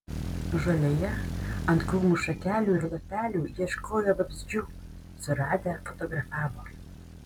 žolėje ant krūmų šakelių ir lapelių ieškojo vabzdžių suradę fotografavo